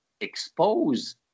expose